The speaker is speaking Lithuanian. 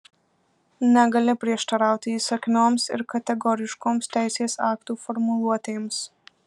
negali prieštarauti įsakmioms ir kategoriškoms teisės aktų formuluotėms